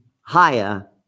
higher